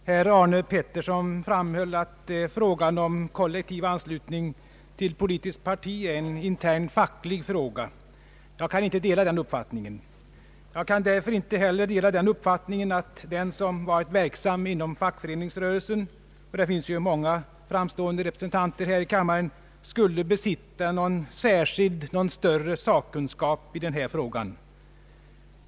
Herr talman! Herr Arne Pettersson framhöll att frågan om kollektiv anslutning till politiskt parti är en intern facklig fråga. Jag kan inte dela den uppfattningen. Jag kan därför inte heller dela den uppfattningen, att den som har varit verksam inom fackföreningsrörelsen — det finns ju många framstående representanter för fackföreningsrörelsen här i kammaren — skulle besitta någon större sakkunskap än andra i den här frågan.